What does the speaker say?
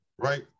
Right